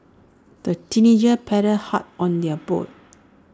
the teenagers paddled hard on their boat